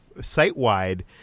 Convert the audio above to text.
site-wide